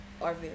orville